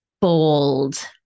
Bold